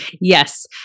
Yes